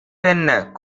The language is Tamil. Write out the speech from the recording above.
கென்ன